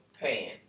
pan